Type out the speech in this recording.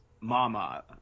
Mama